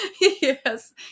Yes